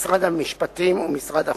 משרד המשפטים ומשרד החוץ,